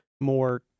more